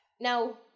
Now